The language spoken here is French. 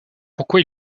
pourquoi